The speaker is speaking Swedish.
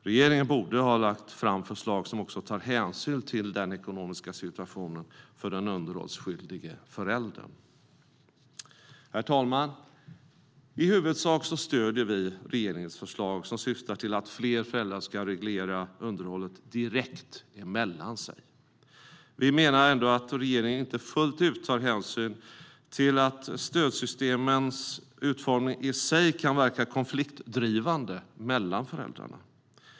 Regeringen borde ha lagt fram förslag som tar hänsyn också till den ekonomiska situationen för den underhållsskyldige föräldern. Herr talman! I huvudsak stöder vi regeringens förslag som syftar till att fler föräldrar ska reglera underhållet direkt emellan sig. Vi menar dock att regeringen inte fullt ut tar hänsyn till att stödsystemens utformning i sig kan verka konfliktdrivande mellan föräldrarna.